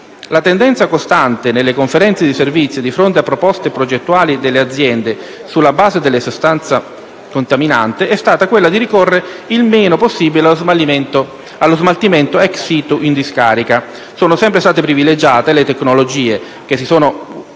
La tendenza costante nelle Conferenze di servizi di fronte a proposte progettuali delle aziende, sulla base della sostanza contaminante, è stata quella di ricorrere il meno possibile allo smaltimento *ex situ* in discarica. Sono state sempre privilegiate le tecnologie - che si sono notevolmente